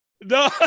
No